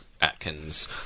Atkins